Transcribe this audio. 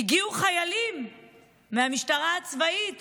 הגיעו חיילים מהמשטרה הצבאית